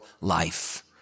life